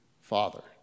Father